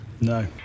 No